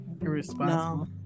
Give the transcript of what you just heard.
Irresponsible